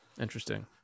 interesting